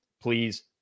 please